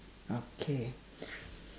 okay